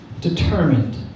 determined